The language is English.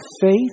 faith